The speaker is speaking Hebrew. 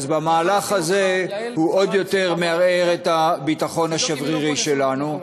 במהלך הזה הוא עוד יותר מערער את הביטחון השברירי שלנו,